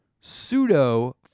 pseudo